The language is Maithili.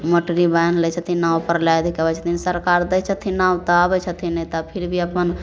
मोटरी बान्हि लै छथिन नाव पर लादिकऽ अबै छथिन सरकार दै छथिन नाव तऽ आबै छथिन नहि तऽ फिर भी अपन